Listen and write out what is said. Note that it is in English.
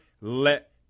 let